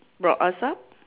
brought us up